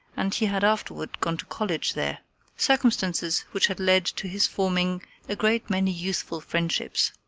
and he had afterward gone to college there circumstances which had led to his forming a great many youthful friendships.